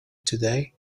today